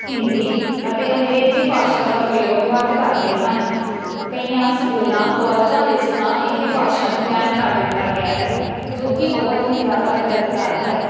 ਹਿੰਦੀ ਅਤੇ ਅੰਗਰੇਜ਼ੀ ਭਾਸ਼ਾ ਦਾ ਪ੍ਰਯੋਗ ਵੱਧ ਕਰਦੇ ਹਨ ਕਈਆਂ ਸਕੂਲਾਂ ਕੋਲਜਾਂ ਵਿੱਚ ਤਾਂ ਇਹ ਭਾਸ਼ਾ ਨੂੰ ਬੈਨ ਕਰ ਦਿੱਤਾ ਗਿਆ ਹੈ ਜੋ ਕਿ ਬਹੁਤ ਹੀ ਜ਼ਿਆਦਾ ਗਲਤ ਗੱਲ ਹੈ